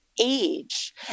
age